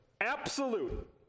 absolute